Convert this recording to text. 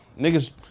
Niggas